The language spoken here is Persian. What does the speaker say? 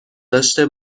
داشته